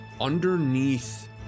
underneath